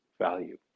value